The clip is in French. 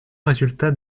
résultats